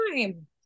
time